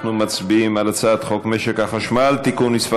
אנחנו מצביעים על הצעת חוק משק החשמל (תיקון מס'